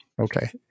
Okay